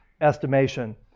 estimation